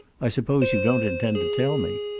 i suppose you don't intend to tell me.